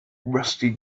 rusty